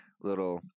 little